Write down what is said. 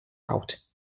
out